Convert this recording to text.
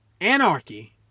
anarchy